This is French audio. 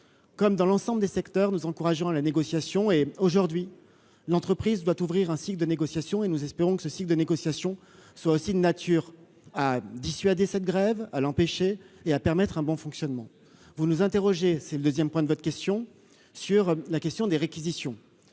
comme dans l'ensemble des secteurs nous encourageant la négociation et, aujourd'hui, l'entreprise doit ouvrir un cycle de négociations et nous espérons que ce cycle de négociations sont aussi de nature à dissuader cette grève à l'empêcher et à permettre un bon fonctionnement vous nous interrogez c'est le 2ème point de votre question sur la question des réquisitions,